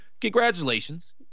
congratulations